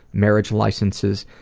marriage licenses,